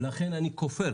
ולכן אני כופר